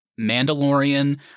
Mandalorian